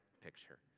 picture